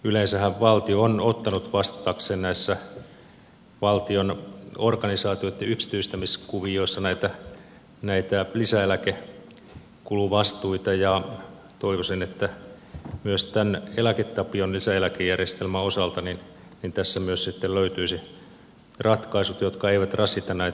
yleensähän valtio on ottanut vastatakseen näissä valtion organisaatioitten yksityistämiskuvioissa näitä lisäeläkekuluvastuita ja toivoisin että myös tämän eläke tapion lisäeläkejärjestelmän osalta tässä myös sitten löytyisi ratkaisut jotka eivät rasita näitä niin sanottu